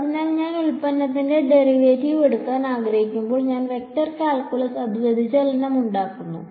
അതിനാൽ ഞാൻ ഉൽപ്പന്നത്തിന്റെ ഡെറിവേറ്റീവ് എടുക്കാൻ ആഗ്രഹിക്കുമ്പോൾ ഇൻ വെക്റ്റർ കാൽക്കുലസ് അത് വ്യതിചലനം ശരിയാകും